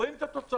רואים את התוצאות.